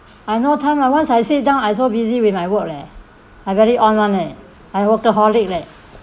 I no time lah once I sit down I so busy with my work leh I very on [one] eh I workaholic leh